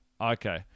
Okay